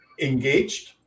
engaged